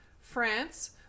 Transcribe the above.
France